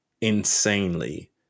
insanely